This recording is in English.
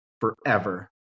forever